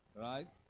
right